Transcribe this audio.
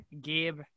Gabe